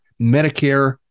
Medicare